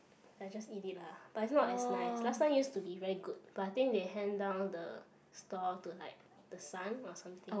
I just eat it lah but it's not as nice last time used to be very good but I think they hand down the stall to like the son or something